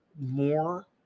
more